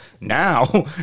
Now